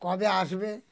কবে আসবে